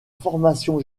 formation